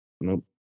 Nope